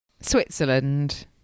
Switzerland